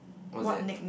what's that